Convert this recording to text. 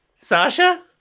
Sasha